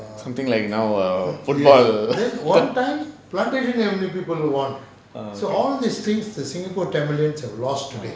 something like now err football